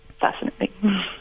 fascinating